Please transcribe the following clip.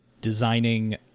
designing